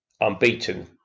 unbeaten